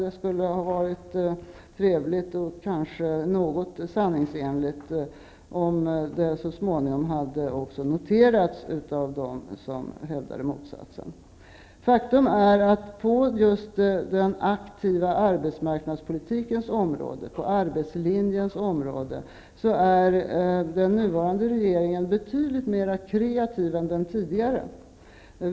Det skulle ha varit trevligt och kanske något mer sanningsenligt om det så småningom också hade noterats av dem som hävdar motsatsen. Faktum är att på just den aktiva arbetsmarknadspolitikens område, på arbetslinjens område, är den nuvarande regeringen betydligt mer kreativ än den tidigare.